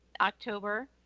October